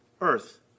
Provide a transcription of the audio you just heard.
earth